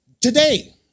today